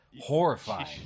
Horrifying